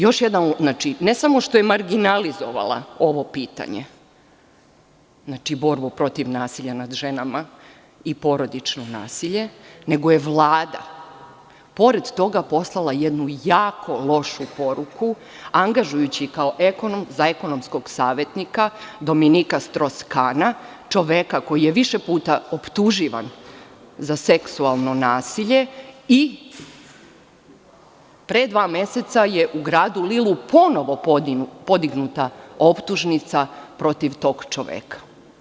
Još jedna stvar, ne samo da je marginalizovala ovo pitanje, znači, borbu protiv nasilja nad ženama i porodično nasilje, nego je Vlada pored toga poslala jednu jako lošu poruku angažujući za ekonomskog savetnika Dominikana Štros Kana, čoveka koji je više puta optuživan za seksualno nasilje, pre dva meseca je u gradu Lilu ponovo podignuta optužnica protiv tog čoveka.